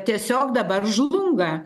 tiesiog dabar žlunga